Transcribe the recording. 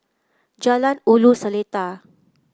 Jalan Ulu Seletar